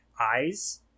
eyes